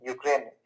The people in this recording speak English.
Ukraine